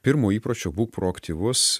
pirmo įpročio būk proaktyvus